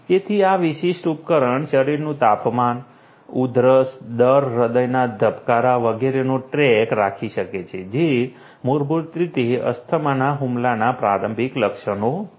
તેથી આ વિશિષ્ટ ઉપકરણ શરીરનું તાપમાન ઉધરસ દર હૃદયના ધબકારા વગેરેનો ટ્રેક રાખી શકે છે જે મૂળભૂત રીતે અસ્થમાના હુમલાના પ્રારંભિક લક્ષણો છે